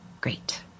Great